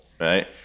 right